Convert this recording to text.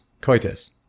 coitus